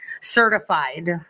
certified